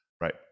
right